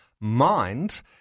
mind